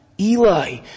Eli